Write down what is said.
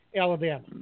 Alabama